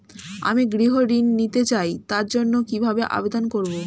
আমি গৃহ ঋণ নিতে চাই তার জন্য কিভাবে আবেদন করব?